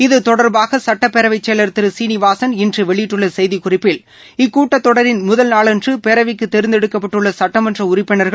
இது தொடர்பாக சட்டப்பேரவை செயலர் திரு சீனிவாசன் இன்று வெளியிட்டுள்ள செய்திக்குறிட்பில் இக்கூட்டத்தொடரின் முதல் நாளன்று பேரவைக்கு பேர்ந்தெடுக்கப்பட்டுள்ள சுட்டமன்ற உறுப்பினர்கள்